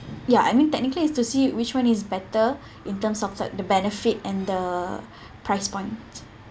ya I mean technically it's to see which one is better in terms of like the benefit and the price point